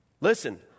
Listen